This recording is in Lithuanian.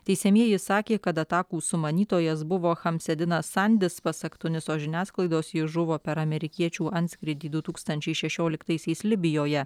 teisiamieji sakė kad atakų sumanytojas buvo chamsėdinas sandis pasak tuniso žiniasklaidos jis žuvo per amerikiečių antskrydį du tūkstančiai šešioliktaisiais libijoje